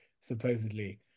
supposedly